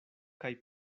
kaj